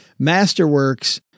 Masterworks